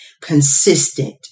consistent